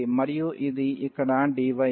మరియు ఇది ఇక్కడ dy